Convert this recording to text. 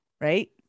right